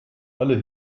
alle